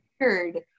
weird